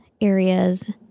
areas